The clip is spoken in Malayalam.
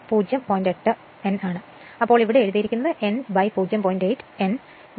8 n ആണ് അതിനാൽ ഇവിടെ എഴുതിയത് n 0